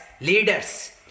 leaders